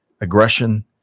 aggression